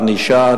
ענישה,